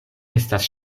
estas